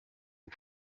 ubu